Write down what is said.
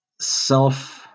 self